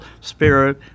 spirit